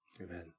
Amen